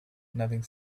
nothing